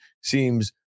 seems